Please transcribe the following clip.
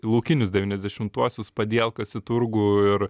laukinius devyniasdešimtuosius padielkas į turgų ir